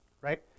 right